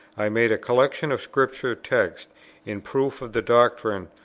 i made a collection of scripture texts in proof of the doctrine,